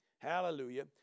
hallelujah